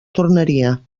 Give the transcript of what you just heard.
tornaria